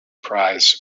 prize